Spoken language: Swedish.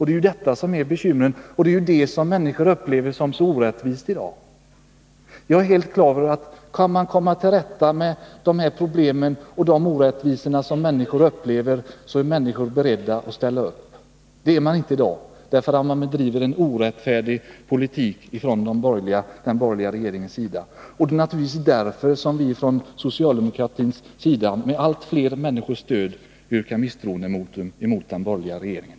Det är detta som är bekymret och det är det som människor upplever som så orättvist i dag. Jag är helt övertygad om att om man kan komma till rätta med de här orättvisorna som människor upplever, så är de beredda att ställa upp. Det är de inte i dag därför att den borgerliga regeringen bedriver en orättfärdig politik. Det är naturligtvis därför som vi från socialdemokratins sida, med allt fler människors stöd, yrkar misstroendevotum mot den borgerliga regeringen.